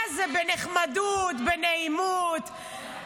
מה זה בנחמדות, בנעימות.